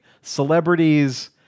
celebrities